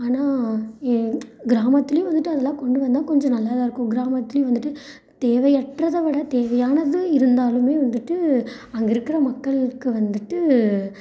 ஆனால் என் கிராமத்துலையும் வந்துட்டு அதலாம் கொண்டு வந்தால் கொஞ்சம் நல்லாதான் இருக்கும் கிராமத்திலையும் வந்துட்டு தேவையற்றதை விட தேவையானது இருந்தாலுமே வந்துட்டு அங்கே இருக்கிற மக்களுக்கு வந்துட்டு